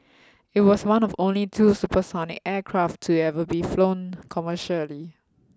it was one of only two supersonic aircraft to ever be flown commercially